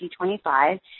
T25